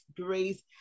grace